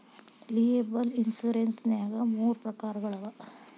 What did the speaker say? liable insurance ನ್ಯಾಗ್ ಮೂರ ಪ್ರಕಾರಗಳವ